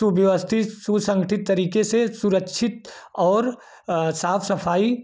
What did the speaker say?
सुव्यवस्थित की सुसंगठित तरीके से सुरक्षित और साफ सफाई